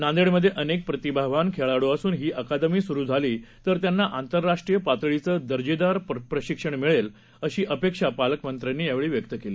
नांदेडमध्येअनेकप्रतिभावानखेळाडूअसून हीअकादमीसुरूझालीतरत्यांनाआंतरराष्ट्रीयपातळीचंदर्जेदारप्रशिक्षणमिळेल अशीअपेक्षापालकमंत्र्यांनीव्यक्तकेली